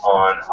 on